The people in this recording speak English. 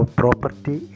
property